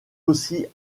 aussi